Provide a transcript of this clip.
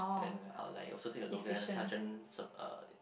and then I'll like also take a look and the sergeant uh